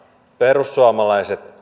perussuomalaiset